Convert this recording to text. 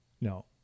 No